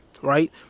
Right